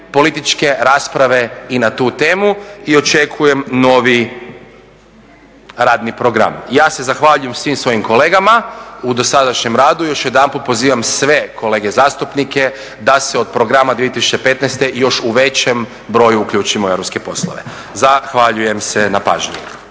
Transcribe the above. političke rasprave i na tu temu i očekujem novi radni program Ja se zahvaljujem svim svojim kolegama u dosadašnjem radu i još jedanput pozivam sve kolege zastupnike da se od programa 2015. još u većem broju uključimo u europske poslove. Zahvaljujem se na pažnji.